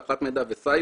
באבטחת מידע וסייבר.